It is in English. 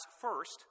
first